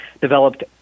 developed